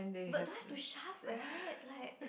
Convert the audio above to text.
but don't want to shove right like